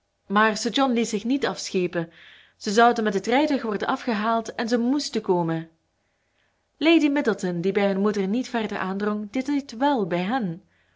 maar sir john liet zich niet afschepen ze zouden met het rijtuig worden afgehaald en ze moesten komen lady middleton die bij hun moeder niet verder aandrong deed dit wèl bij hen